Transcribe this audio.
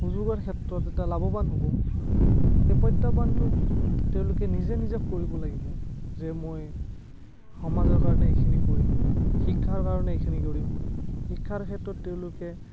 সুযোগৰ ক্ষেত্ৰত এটা লাভৱান হ'ব এই প্ৰত্য়াহ্বানটো তেওঁলোকে নিজে নিজক কৰিব লাগিব যে মই সমাজৰ কাৰণে এইখিনি কৰিম শিক্ষাৰ কাৰণে এইখিনি কৰিম শিক্ষাৰ ক্ষেত্ৰত তেওঁলোকে